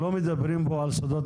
כדי שכולם ישמעו,